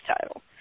title